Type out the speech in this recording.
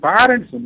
Parents